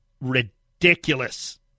ridiculous